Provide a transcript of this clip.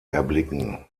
erblicken